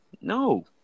No